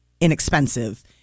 inexpensive